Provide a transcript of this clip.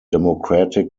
democratic